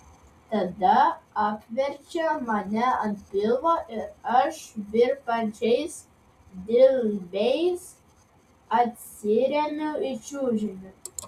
tada apverčia mane ant pilvo ir aš virpančiais dilbiais atsiremiu į čiužinį